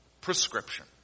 prescription